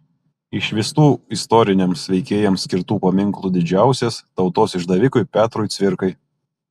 iš visų istoriniams veikėjams skirtų paminklų didžiausias tautos išdavikui petrui cvirkai